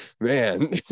man